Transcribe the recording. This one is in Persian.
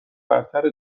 برتر